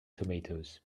tomatoes